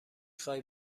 خوای